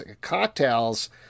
cocktails